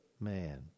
man